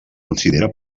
considera